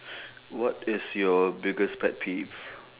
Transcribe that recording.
what is your biggest pet peeve